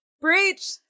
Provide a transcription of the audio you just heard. Breach